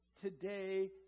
today